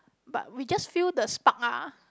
but we just feel the spark ah